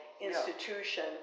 institution